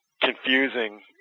confusing